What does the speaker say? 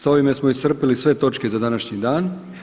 S ovime smo iscrpili sve točke za današnji dan.